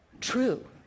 true